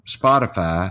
Spotify